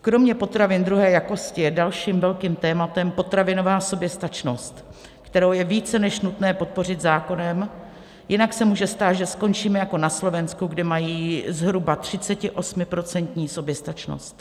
Kromě potravin druhé jakosti je dalším velkým tématem potravinová soběstačnost, kterou je více než nutné podpořit zákonem, jinak se může stát, že skončíme jako na Slovensku, kde mají zhruba 38% soběstačnost.